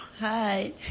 Hi